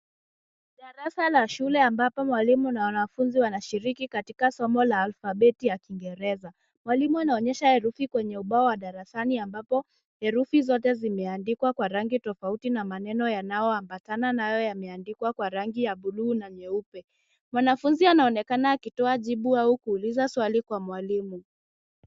Darasa la shule ambapo mwalimu na wanafunzi wanashiriki katika somo la alfabeti ya kiingireza. Mwalimu anaonyesha herufi kwa ubao wa darasani ambapo herufi zote zimeandikwa kwa rangi tofauti na maneno yanayoambatana nayo yameandikwa kwa rangi ya buluu na nyeupe. Mwanafunzi anaonekana akitoa jibu au akiuliza swali kwa mwalimu.